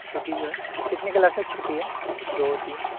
چھٹی جو ہے کتنی کلاسیں چھٹی ہیں دو تین